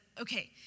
Okay